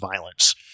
violence